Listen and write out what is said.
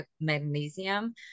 magnesium